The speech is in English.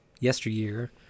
yesteryear